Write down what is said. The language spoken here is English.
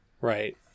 Right